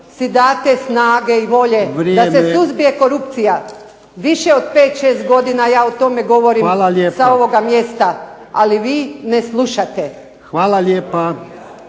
si date snage i volje da se suzbije korupcija. Više od 5, 6 godina ja o tome govorim sa ovoga mjesta, ali vi ne slušate. **Jarnjak,